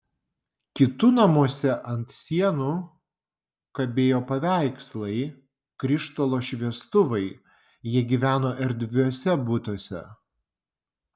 kitų namuose ant sienų kabėjo paveikslai krištolo šviestuvai jie gyveno erdviuose butuose